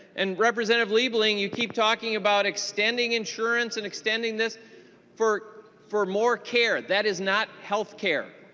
and representative liebling you keep talking about extending insurance and extending this for for more care. that is not healthcare.